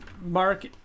Mark